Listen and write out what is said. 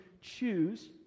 choose